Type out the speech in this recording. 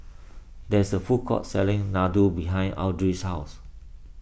there is a food court selling Laddu behind Audry's house